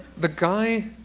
the guy